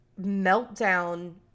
meltdown